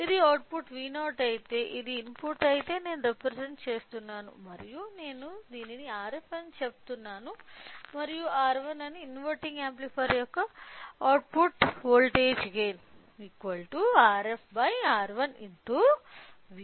ఇది output V0 అయితే ఇది ఇన్పుట్ అయితే నేను రిప్రజంట్ చేస్తున్నాను మరియు నేను దీనిని Rf అని చెబితే మరియు ఇది R1 అని ఇన్వెర్టింగ్ యాంప్లిఫైయర్ యొక్క output voltage gain Rf R1 x Vin